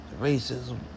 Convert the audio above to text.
racism